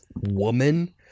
woman